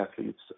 athletes